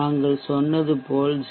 நாங்கள் சொன்னது போல் 0